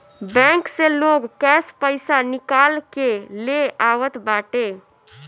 bank से लोग cash पईसा निकाल के ले आवत बाटे